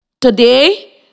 Today